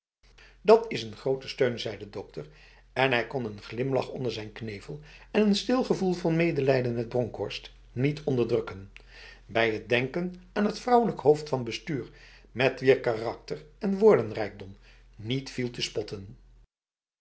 dat is een grote steun zei de dokter en hij kon een glimlach onder zijn knevel en een stil gevoel van medelijden met bronkhorst niet onderdrukken bij het denken aan het vrouwelijk hoofd van bestuur met wier karakter en woordenrijkdom niet viel te spotten